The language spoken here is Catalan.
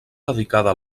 dedicada